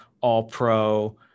all-pro